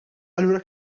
allura